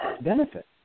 benefit